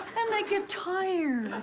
and they get tired.